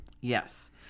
Yes